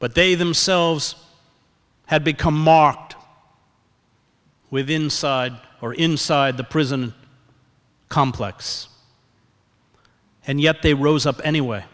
but they themselves had become marked with inside or inside the prison complex and yet they rose up anyway